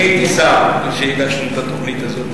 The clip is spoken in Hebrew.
אני הייתי שר כשהגשנו את התוכנית הזאת